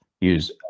use